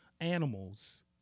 animals